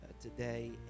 today